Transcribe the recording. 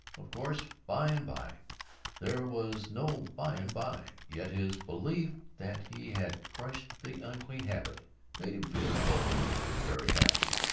of course by-and-by there was no by-and-by, yet his belief that he had crushed the unclean habit made him feel noble and very happy.